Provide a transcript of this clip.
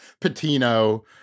Patino